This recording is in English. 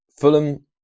Fulham